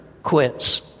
Quits